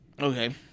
Okay